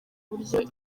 buryo